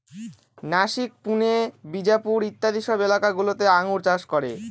নাসিক, পুনে, বিজাপুর ইত্যাদি সব এলাকা গুলোতে আঙ্গুর চাষ করে